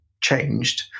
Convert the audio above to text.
changed